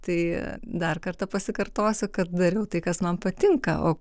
tai dar kartą pasikartosiu kad dariau tai kas man patinka o